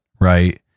Right